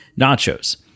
nachos